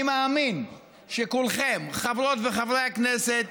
אני מאמין שכולכם, חברות וחברי הכנסת,